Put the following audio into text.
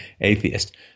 atheist